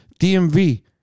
DMV